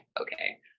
okay